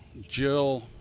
Jill